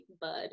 bud